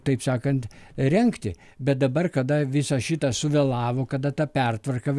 taip sakant rengti bet dabar kada visą šitą suvėlavo kada ta pertvarka